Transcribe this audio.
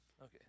okay